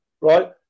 right